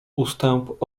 ustęp